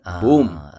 boom